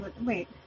wait